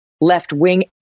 left-wing